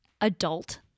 adult